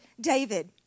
David